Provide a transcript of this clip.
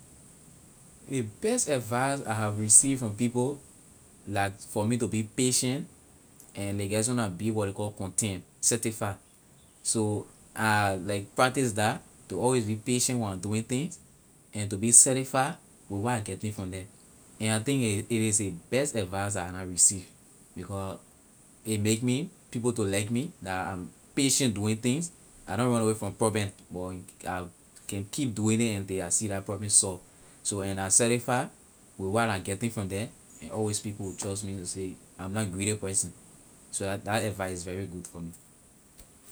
The best advice I have received from people la for me to be patient and ley get some kind of big word ley call content satisfy so I like pratice that to always be patient when I'm doing things and to be satisfy with what I getting from there and I think it is the best advice that I na received because it make me people to like me that I'm patient doing things I don't run away from problem but I can keep doing it until I see that problem solve so and I satisfy with what I getting from there and always people will trust me to say I'm na greedy person so that advice is very good for me.